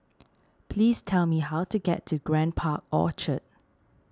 please tell me how to get to Grand Park Orchard